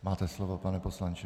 Máte slovo, pane poslanče.